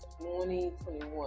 2021